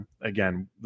again